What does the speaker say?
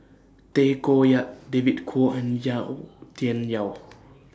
Tay Koh Yat David Kwo and Yau Tian Yau